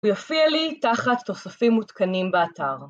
הוא יופיע לי תחת תוספים מותקנים באתר.